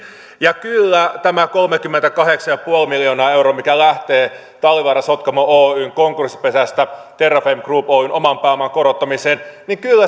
ja kyllä tämä kolmekymmentäkahdeksan pilkku viisi miljoonaa euroa mikä lähtee talvivaara sotkamo oyn konkurssipesästä terrafame group oyn oman pääoman korottamiseen